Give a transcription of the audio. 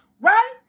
right